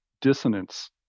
dissonance